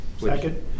Second